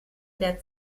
der